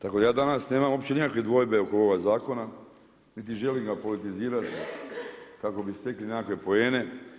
Tako ja danas nemam uopće nikakvih dvojbi oko ovog zakona, niti želim ga politizirati, kako bi stekli nekakve poene.